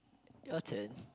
your turn